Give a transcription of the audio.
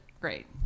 great